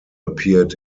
appeared